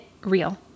real